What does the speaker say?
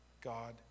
God